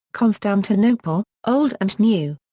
constantinople, old and new.